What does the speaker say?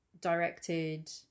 directed